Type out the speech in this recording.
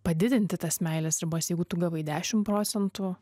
padidinti tas meilės ribas jeigu tu gavai dešim procentų